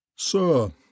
Sir